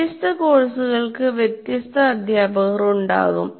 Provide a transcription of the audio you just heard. വ്യത്യസ്ത കോഴ്സുകൾക്ക് വ്യത്യസ്ത അധ്യാപകർ ഉണ്ടാകും